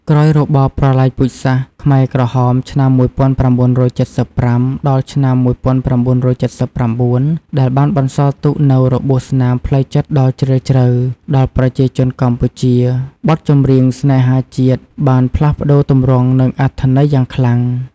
ក្រោយរបបប្រល័យពូជសាសន៍ខ្មែរក្រហម ឆ្នាំ ១៩៧៥ ដល់ឆ្នាំ ១៩៧៩ ដែលបានបន្សល់ទុកនូវ របួសស្នាមផ្លូវចិត្តដ៏ជ្រាលជ្រៅ ដល់ប្រជាជនកម្ពុជា បទចម្រៀងស្នេហាជាតិបានផ្លាស់ប្ដូរទម្រង់ និងអត្ថន័យយ៉ាងខ្លាំង។